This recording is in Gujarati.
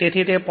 તેથી 0